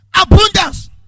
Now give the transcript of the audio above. abundance